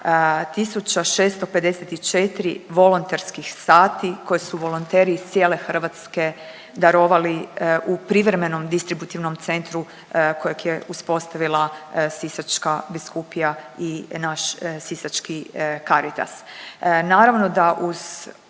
654 volonterskih sati koje su volonteri iz cijele Hrvatske darovali u privremenom distributivnom centru kojeg je uspostavila Sisačka biskupija i naš sisački Caritas. Naravno, da uz